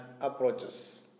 approaches